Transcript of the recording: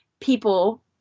people